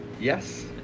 Yes